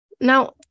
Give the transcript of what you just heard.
Now